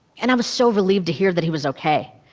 and i was so relieved to hear that he was ok.